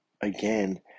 again